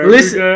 Listen